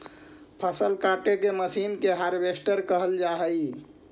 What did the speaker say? फसल काटे के मशीन के हार्वेस्टर कहल जा हई